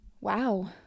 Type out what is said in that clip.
Wow